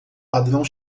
padrão